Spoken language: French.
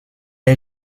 est